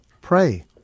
Pray